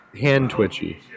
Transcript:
hand-twitchy